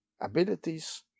Abilities